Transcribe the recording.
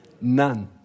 None